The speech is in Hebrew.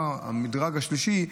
המדרג השלישי: